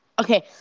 Okay